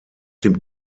dem